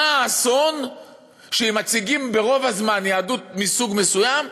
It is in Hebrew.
מה האסון שאם מציגים רוב הזמן יהדות מסוג מסוים,